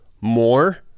more